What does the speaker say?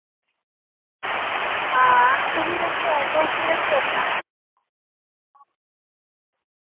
हां तूं बी रक्खेआं तुस बी रक्खेओ अपना